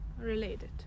related